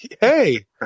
Hey